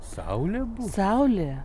saulė saulė